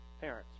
parents